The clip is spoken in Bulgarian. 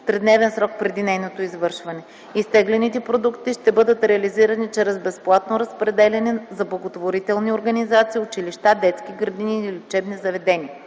тридневен срок преди нейното извършване. Изтеглените продукти ще бъдат реализирани чрез безплатно разпределяне за благотворителни организации, училища, детски градини или лечебни заведения.